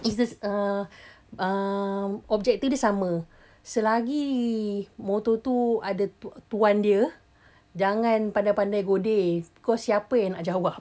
it's this um objective dia sama selagi motor tu ada tu~ tuan dia jangan pandai-pandai godeh kau siapa yang nak jawab